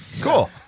Cool